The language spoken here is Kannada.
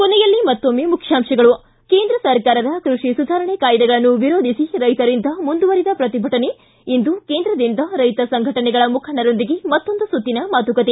ಕೊನೆಯಲ್ಲಿ ಮತ್ತೊಮ್ಮೆ ಮುಖ್ಯಾಂಶಗಳು ಿಗಿ ಕೇಂದ್ರ ಸರ್ಕಾರದ ಕೃಷಿ ಸುಧಾರಣೆ ಕಾಯ್ದೆಗಳನ್ನು ವಿರೋಧಿಸಿ ರೈತರಿಂದ ಮುಂದುವರಿದ ಪ್ರತಿಭಟನೆ ಇಂದು ಕೇಂದ್ರದಿಂದ ರೈತ ಸಂಘಟನೆಗಳ ಮುಖಂಡರೊಂದಿಗೆ ಮತ್ತೊಂದು ಸುತ್ತಿನ ಮಾತುಕತೆ